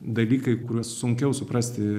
dalykai kuriuos sunkiau suprasti